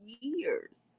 years